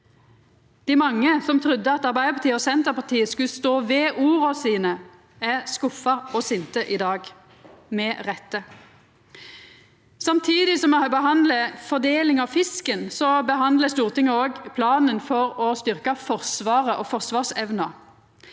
Dei mange som trudde at Arbeidarpartiet og Senterpartiet skulle stå ved orda sine, er skuffa og sinte i dag – med rette. Samtidig som me behandlar fordeling av fisken, behandlar Stortinget òg planen for å styrkja Forsvaret og forsvarsevna.